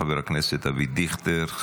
חבר הכנסת אבי דיכטר,